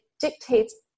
dictates